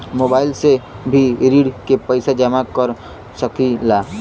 Mobile से भी ऋण के पैसा जमा कर सकी ला?